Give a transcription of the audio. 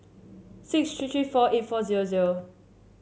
six three three four eight four zero zero